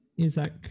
Isaac